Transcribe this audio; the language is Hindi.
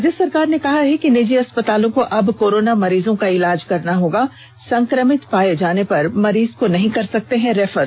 राज्य सरकार ने कहा है कि निजी अस्पतालों को अब कोरोना मरीजों का इलाज करना होगा संक्रमित पाए जाने पर मरीज को नहीं कर सकते हैं रेफर